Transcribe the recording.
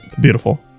beautiful